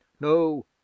No